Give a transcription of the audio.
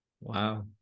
wow